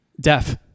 deaf